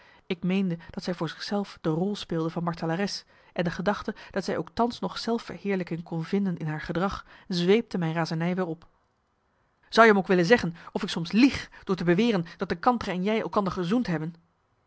ik meende dat zij voor zich zelf de rol speelde van martelares en de gedachte dat zij ook thans nog zelfverheerlijking kon vinden in haar gedrag zweepte mijn razernij weer op zou je me ook willen zeggen of ik soms lieg door te beweren dat de kantere en jij elkander gezoend hebben